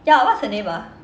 ya what's her name ah